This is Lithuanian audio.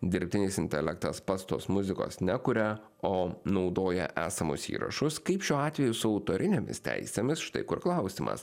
dirbtinis intelektas pats tos muzikos nekuria o naudoja esamus įrašus kaip šiuo atveju su autorinėmis teisėmis štai kur klausimas